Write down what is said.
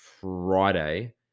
Friday